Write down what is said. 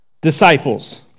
disciples